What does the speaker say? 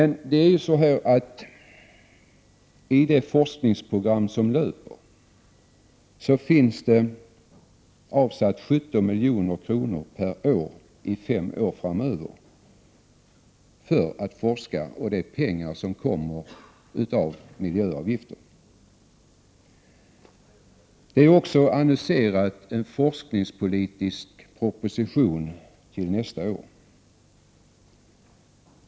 I det löpande forskningsprogrammet har det avsatts 17 milj.kr. per år fem år framöver, och detta är pengar som kommer från miljöavgifter. Det har också aviserats en forskningspolitisk proposition. Den skall komma nästa år.